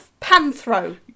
Panthro